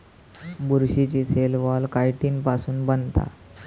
बुरशीची cell wall chitin पासुन बनता